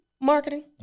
Marketing